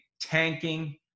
tanking